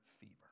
fever